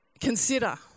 consider